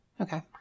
Okay